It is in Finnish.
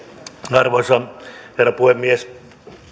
arvoisa herra puhemies